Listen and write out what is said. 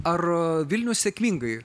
ar vilnius sėkmingai